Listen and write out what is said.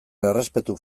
errespetu